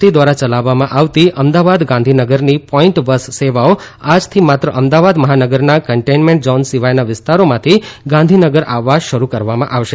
T દ્વારા ચલાવવામાં આવતી અમદાવાદ ગાંધીનગરની પોઇન્ટ બસ સેવાઓ આજથી માત્ર અમદાવાદ મહાનગરના કન્ટેઈનમેન્ટ ઝોન સિવાયના વિસ્તારોમાંથી ગાંધીનગર આવવા શરૂ કરવામાં આવશે